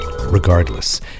Regardless